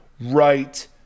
Right